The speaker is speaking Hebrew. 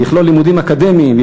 ויכלול לימודים אקדמיים,